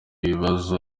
bibazo